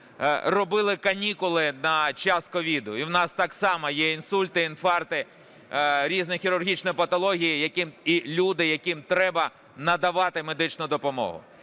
робили канікули на час COVID. І в нас так само є інсульти, інфаркти, різні хірургічні патології і люди, яким треба надавати медичну допомогу.